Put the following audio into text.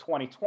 2020